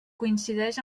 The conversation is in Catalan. coincideix